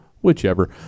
whichever